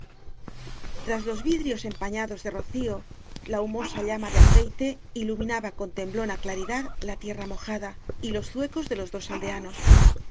i q cirios empañados de rocío la humosa llama de aceite iluminaba con temblona claridad la tierra mojada y los zuecos de los dos aldea